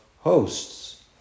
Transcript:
hosts